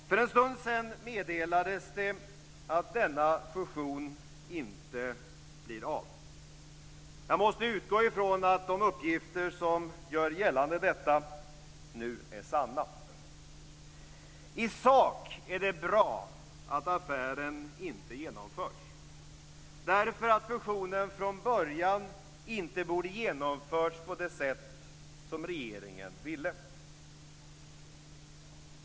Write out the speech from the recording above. För en stund sedan meddelades det att denna fusion inte blir av. Jag måste utgå från att de uppgifter som gör detta gällande nu är sanna. I sak är det bra att affären inte genomförs eftersom fusionen från början inte borde ha genomförts på det sätt som regeringen ville.